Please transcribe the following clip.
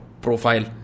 profile